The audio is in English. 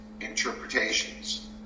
interpretations